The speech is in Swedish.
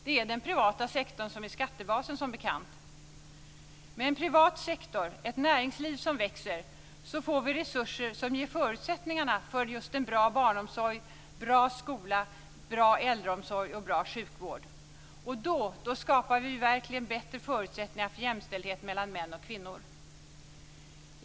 Det är den privata sektorn som är skattebasen, som bekant. Med en privat sektor, ett näringsliv som växer, får vi resurser som ger förutsättningar för just bra barnomsorg, bra skola, bra äldreomsorg och bra sjukvård. Då skapar vi verkligen bättre förutsättningar för jämställdhet mellan män och kvinnor.